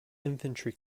infantry